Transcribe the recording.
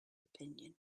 opinion